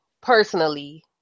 personally